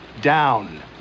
down